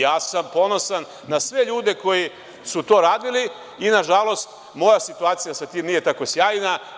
Ja sam ponosan na sve ljude koji su to radili i, nažalost, moja situacija sa tim nije tako sjajna.